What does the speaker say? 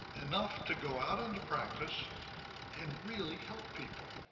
enough to go out into practice and really help people.